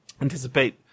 anticipate